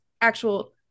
actual